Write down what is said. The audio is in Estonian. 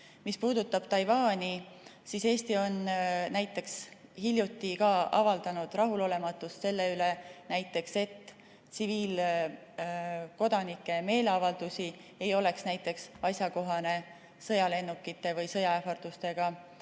Mis puudutab Taiwani, siis Eesti on hiljuti avaldanud rahulolematust selle üle, et tsiviilkodanike meeleavaldusi ei ole asjakohane sõjalennukite või sõjaähvardustega